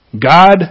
God